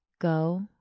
Go